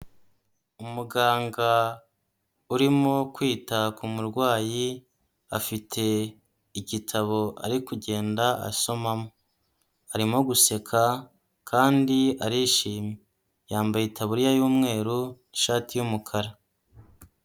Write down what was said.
Umuganga urimo kwita ku murwayi, afite igitabo ari kugenda asomamo, arimo guseka kandi arishimye, yambaye itaburiya y'umweru n'ishati y'umukara.